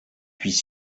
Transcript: puis